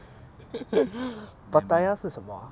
pattaya 是什么 ah